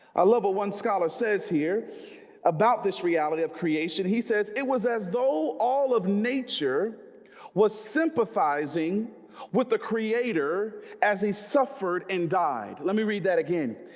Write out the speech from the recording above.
i love what one scholar says here about this reality of creation he says it was as though all of nature was sympathizing with the creator as he suffered and died. let me read that again.